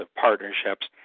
partnerships